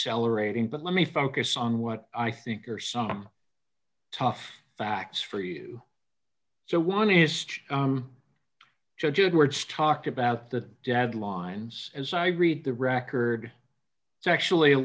celebrating but let me focus on what i think are some tough facts for you so one is judge of words talked about the deadlines as i read the record it's actually a